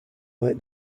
like